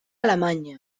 alemanya